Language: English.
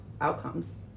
outcomes